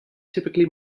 typically